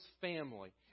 family